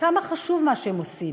כמה חשוב מה שהם עושים,